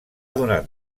donat